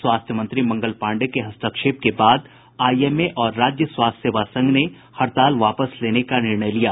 स्वास्थ्य मंत्री मंगल पांडेय के हस्तक्षेप के बाद आईएमए और राज्य स्वास्थ्य सेवा संघ ने हड़ताल वापस लेने का निर्णय लिया